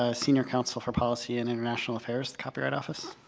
ah senior counsel for policy and international affairs copyright office.